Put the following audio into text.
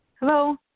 Hello